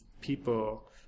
people